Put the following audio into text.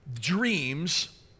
Dreams